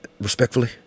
respectfully